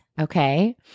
okay